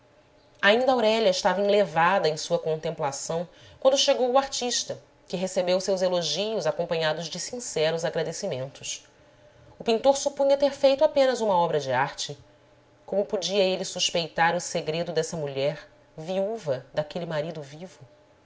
ainda aurélia estava enlevada em sua contemplação quando chegou o artista que recebeu seus elogios acompanhados de sinceros agradecimentos o pintor supunha ter feito apenas uma obra de arte como podia ele suspeitar o segredo dessa mulher viúva daquele marido vivo